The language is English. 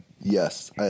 Yes